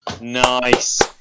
Nice